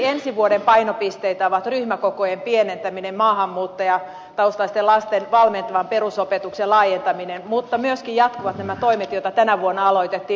ensi vuoden painopisteitä ovat ryhmäkokojen pienentäminen maahanmuuttajataustaisten lasten valmentavan perusopetuksen laajentaminen mutta myöskin jatkuvat nämä toimet joita tänä vuonna aloitettiin